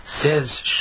says